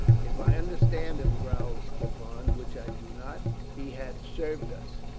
if i understand him, growled skippon, which i do not, he hath served us.